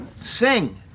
Sing